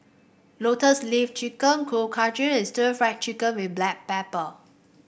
Lotus Leaf Chicken Kuih Kochi and stir Fry Chicken with Black Pepper